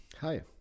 Hi